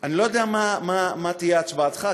אני לא יודע מה תהיה הצבעתך,